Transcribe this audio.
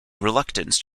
reluctance